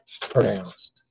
pronounced